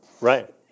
Right